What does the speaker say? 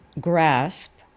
grasp